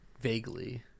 Vaguely